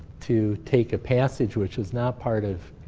to take a passage which was not part of